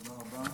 תודה רבה.